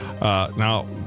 Now